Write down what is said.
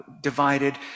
divided